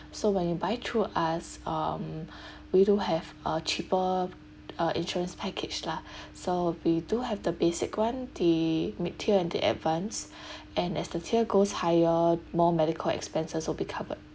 so when you buy through us um we do have a cheaper uh insurance package lah so we do have the basic one the mid-tier and the advance and as the tier goes higher more medical expenses will be covered